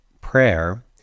prayer